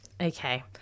Okay